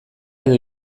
edo